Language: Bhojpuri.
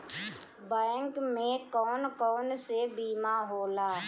बैंक में कौन कौन से बीमा होला?